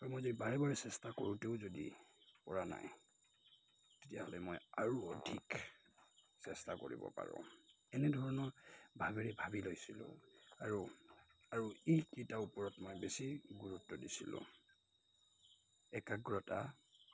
আৰু মই যদি বাৰে বাৰে চেষ্টা কৰোঁতেও যদি পৰা নাই তেতিয়াহ'লে মই আৰু অধিক চেষ্টা কৰিব পাৰোঁ এনেধৰণৰ ভাবেৰে ভাবি লৈছিলোঁ আৰু আৰু এইকেইটাৰ ওপৰত মই বেছি গুৰুত্ব দিছিলোঁ একাগ্ৰতা